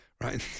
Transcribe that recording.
right